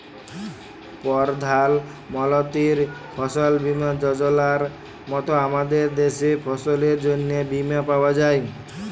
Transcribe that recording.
পরধাল মলতির ফসল বীমা যজলার মত আমাদের দ্যাশে ফসলের জ্যনহে বীমা পাউয়া যায়